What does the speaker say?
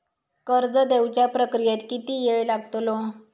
कर्ज देवच्या प्रक्रियेत किती येळ लागतलो?